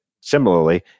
similarly